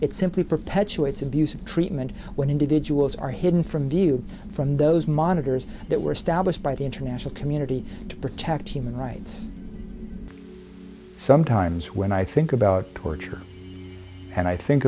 it simply perpetuates abusive treatment when individuals are hidden from view from those monitors that were stablished by the international community to protect human rights sometimes when i think about torture and i think